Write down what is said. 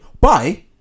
bye